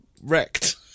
wrecked